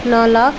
नौ lakh